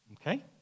Okay